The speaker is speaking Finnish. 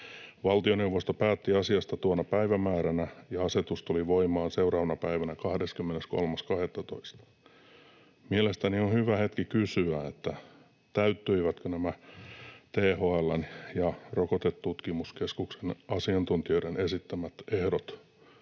Valtioneuvosto päätti asiasta tuona päivämääränä, ja asetus tuli voimaan seuraavana päivänä, 23.12. Mielestäni on hyvä hetki kysyä: täyttyivätkö nämä THL:n ja Rokotetutkimuskeskuksen asiantuntijoiden esittämät ehdot